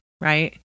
right